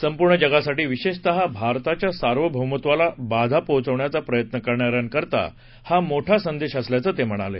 संपूर्ण जगासाठी विशेषतः भारताच्या सार्वभौमत्वाला बाधा पोहोचवण्याचा प्रयत्न करणाऱ्यांकरता हा मोठा संदेश असल्याचं ते म्हणाले